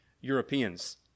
Europeans